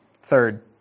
Third